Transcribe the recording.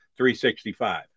365